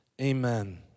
amen